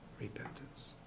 repentance